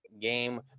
game